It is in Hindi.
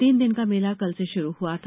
तीन दिन का मेला कल शुरू हुआ था